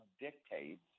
dictates